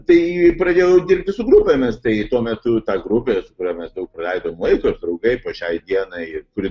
tai pradėjau dirbti su grupėmis tai tuo metu ta grupė su kuria mes daug paleidom laiko ir draugai po šiai dienai kuri